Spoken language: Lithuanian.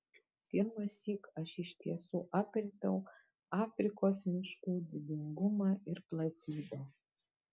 pirmąsyk aš iš tiesų aprėpiau afrikos miškų didingumą ir platybę